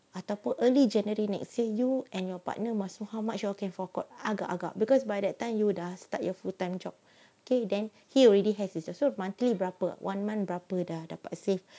ataupun early january next year you and your partner must how much you all can fork out agak agak because by that time you dah start your full time job okay then he already has its sort of monthly berapa one month berapa dapat save